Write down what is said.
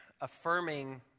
Affirming